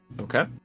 Okay